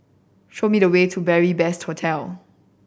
show me the way to Beary Best Hostel